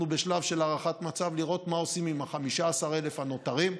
אנחנו בשלב של הערכת מצב לראות מה עושים עם ה-15,000 הנותרים.